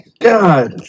God